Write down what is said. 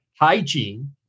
hygiene